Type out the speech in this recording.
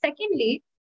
secondly